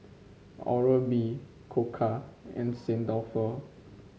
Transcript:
Oral B Koka and Sanit Dalfour